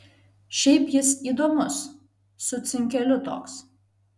šiaip jis įdomus su cinkeliu toks